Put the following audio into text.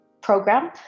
program